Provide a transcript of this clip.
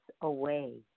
away